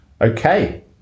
Okay